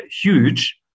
huge